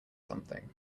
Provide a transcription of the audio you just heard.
something